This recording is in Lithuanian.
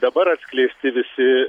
dabar atskleisti visi